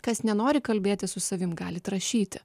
kas nenori kalbėtis su savimi galit rašyti